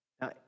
Now